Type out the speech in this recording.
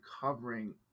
covering